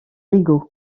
rigaud